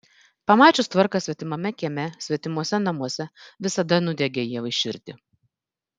pamačius tvarką svetimame kieme svetimuose namuose visada nudiegia ievai širdį